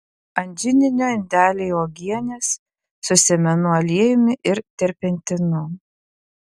ant židinio indeliai uogienės su sėmenų aliejumi ir terpentinu